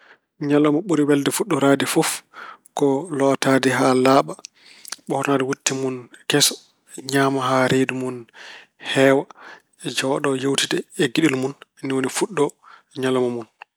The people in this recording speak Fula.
Ñalawma ɓuri welde foɗɗoraade fof ko lootaade haa laaɓa, ɓoornaade wutte mun keso, ñaama haa reendu mun heewa. Jooɗo, yeewtida e giɗel mun. Ni woni fuɗɗoo ñalawma mun.